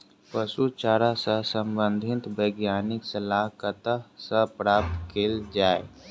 पशु चारा सऽ संबंधित वैज्ञानिक सलाह कतह सऽ प्राप्त कैल जाय?